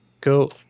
Go